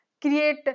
create